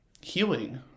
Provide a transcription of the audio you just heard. healing